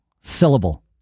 Syllable